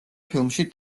ფილმში